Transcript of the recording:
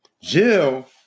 Jill